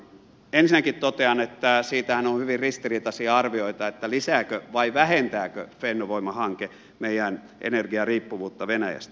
ensinnäkin totean että siitähän on hyvin ristiriitaisia arvioita lisääkö vai vähentääkö fennovoima hanke meidän energiariippuvuuttamme venäjästä